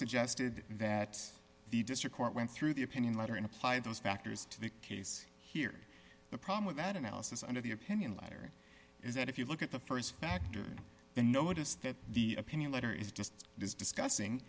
suggested that the district court went through the opinion letter and applied those factors to the case here the problem with that analysis under the opinion letter is that if you look at the st factor the notice that the opinion letter is just this discussing